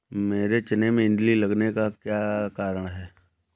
मेरे चने में इल्ली लगने का कारण क्या है?